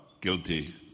guilty